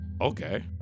Okay